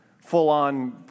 full-on